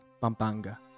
Pampanga